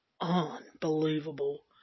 unbelievable